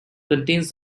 contains